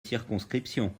circonscription